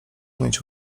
umieć